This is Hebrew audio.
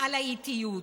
על האיטיות.